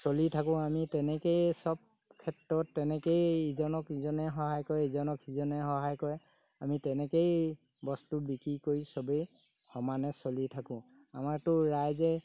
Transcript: চলি থাকোঁ আমি তেনেকৈয়ে চব ক্ষেত্ৰত তেনেকৈয়ে ইজনক ইজনে সহায় কৰে ইজনক সিজনে সহায় কৰে আমি তেনেকৈয়ে বস্তু বিক্ৰী কৰি চবেই সমানে চলি থাকোঁ আমাৰতো ৰাইজে